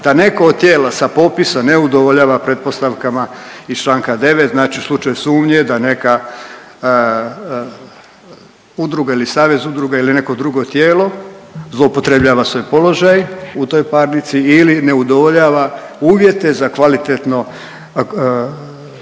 da neko od tijela sa popisa ne udovoljava pretpostavkama iz Članka 9. Znači u slučaju sumnje da neka udruga ili savez udruga ili neko drugo tijelo zloupotrebljava svoj položaj u toj parnici ili ne udovoljava uvjete za kvalitetno